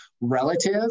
relative